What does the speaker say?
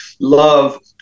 love